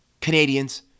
Canadians